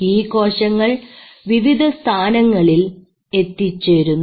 ഈ കോശങ്ങൾ വിവിധ സ്ഥാനങ്ങളിൽ എത്തിച്ചേരുന്നു